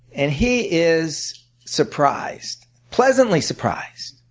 and he is surprised, pleasantly surprised.